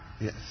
Yes